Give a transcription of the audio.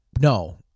No